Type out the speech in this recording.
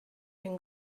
can